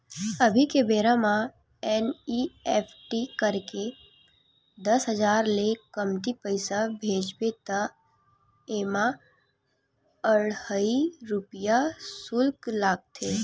अभी के बेरा म एन.इ.एफ.टी करके दस हजार ले कमती पइसा भेजबे त एमा अढ़हइ रूपिया सुल्क लागथे